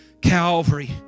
Calvary